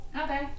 Okay